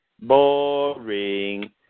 Boring